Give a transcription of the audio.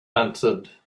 answered